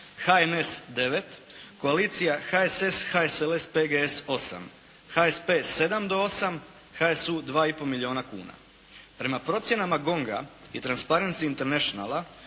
HNS 9, koalicija HSS HSLS PGS 8, HSP 7 do 8, HSU 2,5 milijuna kuna. Prema procjenama GONG-a i Transparency Internationala